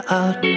out